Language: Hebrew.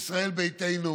צבעים.